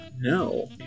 No